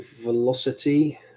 velocity